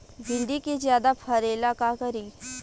भिंडी के ज्यादा फरेला का करी?